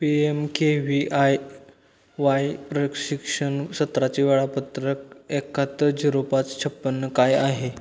PMKVY वाय प्रशिक्षण सत्राचे वेळापत्रक एकाहत्तर झिरो पाच छप्पन्न काय आहे